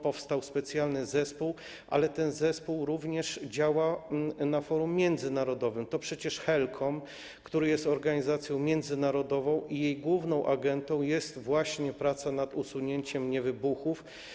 Powstał specjalny zespół, ale ten zespół również działa na forum międzynarodowym, w ramach HELCOM, który jest organizacją międzynarodową i którego główną agendą jest właśnie praca nad usunięciem niewybuchów.